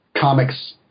comics